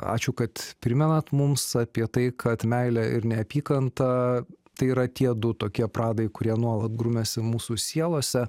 ačiū kad primenat mums apie tai kad meilė ir neapykanta tai yra tie du tokie pradai kurie nuolat grumiasi mūsų sielose